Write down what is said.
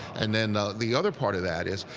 and then the other part of that is,